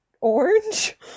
orange